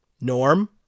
Norm